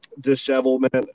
dishevelment